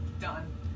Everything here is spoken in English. done